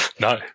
No